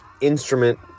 instrument